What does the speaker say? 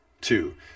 Two